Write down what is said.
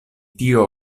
tio